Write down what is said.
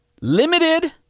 Limited